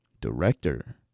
director